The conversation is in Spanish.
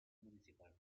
municipal